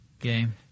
game